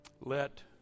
Let